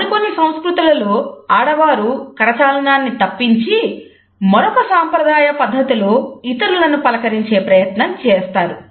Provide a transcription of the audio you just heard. మరికొన్ని సంస్కృతులలో ఆడవారు కరచాలనాన్ని తప్పించి మరొక సాంప్రదాయ పద్ధతిలో ఇతరులను పలకరించే ప్రయత్నం చేరుతారు